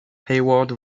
hayward